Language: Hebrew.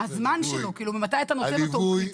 הזמן שלו, ממתי אתה נותן אותו, הוא קריטי.